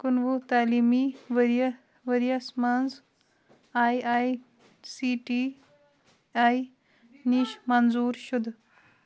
کُنوُہ تعلیٖمی ؤریہِ ؤرۍ یَس مَنٛز I I C T I نِش منظوٗر شُدٕ